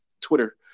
Twitter